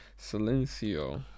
Silencio